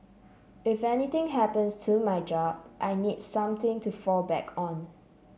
if anything happens to my job I need something to fall back on